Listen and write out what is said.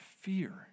Fear